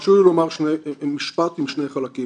חשוב לומר משפט עם שני חלקים.